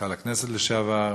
מנכ"ל הכנסת לשעבר,